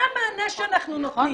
מה המענה שאנחנו נותנים?